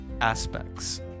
aspects